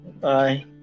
Bye